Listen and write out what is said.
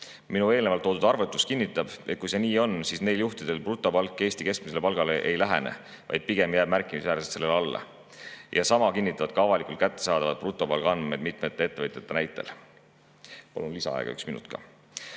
Minu eelnevalt toodud arvutus kinnitab, et kui see nii on, siis neil juhtidel brutopalk Eesti keskmisele palgale ei lähene, vaid pigem jääb märkimisväärselt sellele alla. Sama kinnitavad ka avalikult kättesaadavad brutopalgaandmed mitmete ettevõtjate näitel. Palun lisaaega üks minut ka.